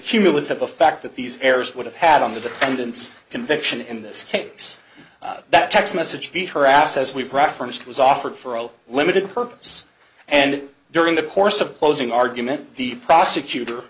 cumulative effect that these errors would have had on the defendant's conviction in this case that text message be harassed as we practiced was offered for a limited purpose and during the course of the closing argument the prosecutor